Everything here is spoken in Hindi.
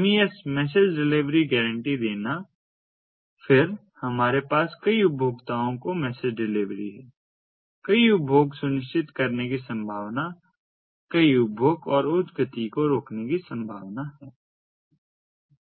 MES मैसेज डिलीवरी गारंटी देना फिर हमारे पास कई उपभोक्ताओं को मैसेज डिलीवरी है कई उपभोग सुनिश्चित करने की संभावना कई उपभोग और उच्च गति को रोकने की संभावना है